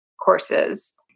courses